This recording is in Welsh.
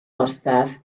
orsaf